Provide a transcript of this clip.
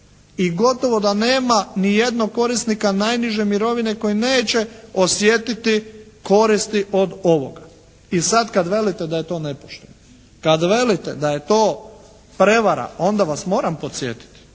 I gotovo da nema niti jednog korisnika najniže mirovine koji neće osjetiti koristi od ovoga. I sad kad velite da je to nepošteno! Kad velite da je to prevara! Onda vas moram podsjetiti,